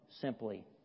simply